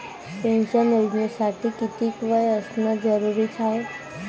Pension योजनेसाठी कितीक वय असनं जरुरीच हाय?